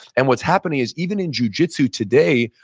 and what's happening is even in jujitsu today,